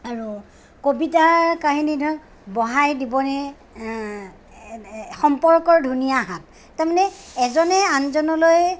আৰু কবিতাৰ কাহিনী ধৰক বহাই দিবনে সম্পৰ্কৰ ধুনীয়া হাত তাৰমানে এজনে আনজনলৈ